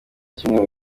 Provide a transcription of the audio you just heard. icyumweru